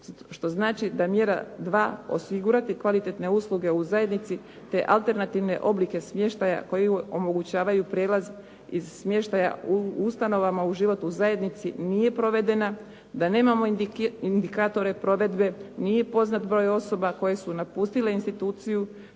što znači da mjera 2. osigurati kvalitetne usluge u zajednici te alternativne oblike smještaja koji omogućavaju prijelaz iz smještaja u ustanovama u život u zajednici nije provedena, da nemamo indikatore provedbe, nije poznat broj osoba koje su napustile instituciji,